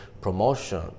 promotion